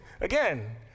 Again